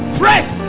fresh